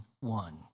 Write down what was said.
one